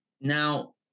Now